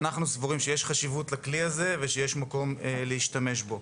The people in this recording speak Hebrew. אנחנו סבורים שיש חשיבות לכלי הזה ושיש מקום להשתמש בו.